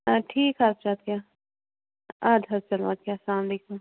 ادٕ ٹھیٖک حظ چھُ اَدٕ کہِ اَدٕ حظ چلو اَدٕ کہِ اَلسَلام علیکُم